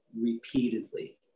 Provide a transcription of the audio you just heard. repeatedly